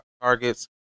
targets